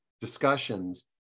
discussions